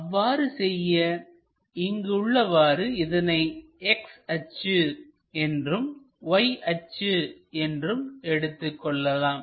அவ்வாறு செய்து இங்கு உள்ளவாறு இதனை X அச்சு என்றும் Y அச்சு என்றும் எடுத்துக் கொள்ளலாம்